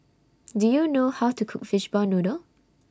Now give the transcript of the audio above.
Do YOU know How to Cook Fishball Noodle